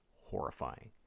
horrifying